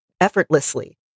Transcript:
effortlessly